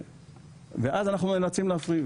ואז אנחנו נאלצים להפעיל.